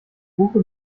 buche